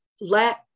let